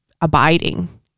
abiding